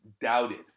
doubted